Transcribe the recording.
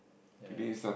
ya